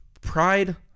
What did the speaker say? pride